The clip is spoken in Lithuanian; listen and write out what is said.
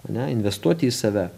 ane investuoti į save